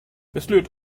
beslut